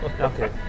Okay